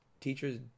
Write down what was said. teachers